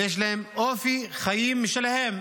ויש להם אופי, חיים משלהם.